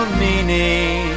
meaning